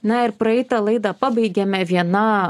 na ir praeitą laidą pabaigėme viena